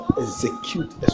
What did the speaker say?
execute